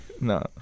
No